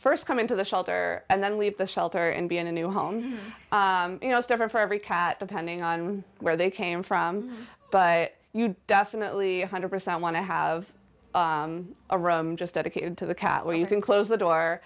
to st come into the shelter and then leave the shelter and be in a new home you know it's different for every cat depending on where they came from but you'd definitely one hundred percent want to have a room just dedicated to the cat where you can close the door